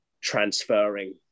transferring